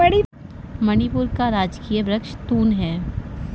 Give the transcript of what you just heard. मणिपुर का राजकीय वृक्ष तून है